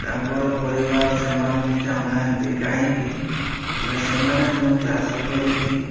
ତାଙ୍କର ପରିବାର ସେମାନଙ୍କୁ ଚାହୁଁନାହାନ୍ତି କାହିଁକି ନା ସେମାନେ ଯେଉଁ ଚାଷ କରିକି